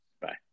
Bye